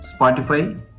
Spotify